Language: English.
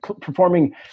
performing